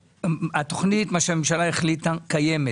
התוכנית, מה שהממשלה החלטה, קיימת.